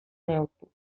neurtu